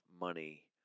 money